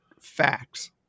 facts